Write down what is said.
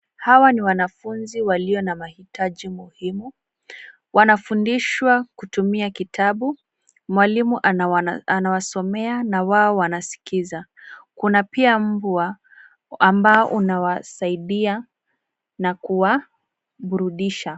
Hawa ni wanafunzi walio na mahitaji muhimu. Wanfundishwa kutumia kitabu. Mwalimu anawasomea na wao wanasikiza. Kuna pia mbwa ambao unawasaidia na kuwaburudisha.